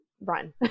run